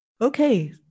okay